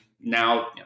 now